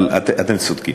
אבל אתם צודקים.